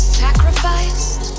sacrificed